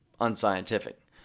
unscientific